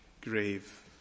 grave